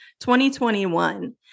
2021